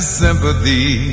sympathy